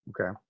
Okay